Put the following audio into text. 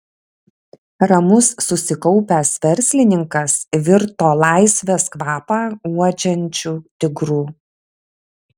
ramus susikaupęs verslininkas virto laisvės kvapą uodžiančiu tigru